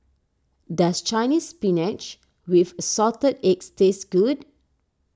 does Chinese Spinach with Assorted Eggs taste good